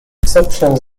exceptions